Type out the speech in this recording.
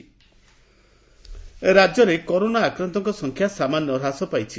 corona Odisha ରାକ୍ୟରେ corona ଆକ୍ରାନ୍ଡଙ୍କ ସଂଖ୍ୟା ସାମାନ୍ୟ ହ୍ରାସ ପାଇଛି